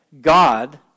God